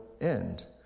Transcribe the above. end